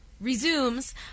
resumes